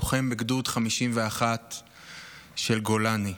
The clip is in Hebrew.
לוחם בגדוד 51 של גולני,